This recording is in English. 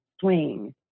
swing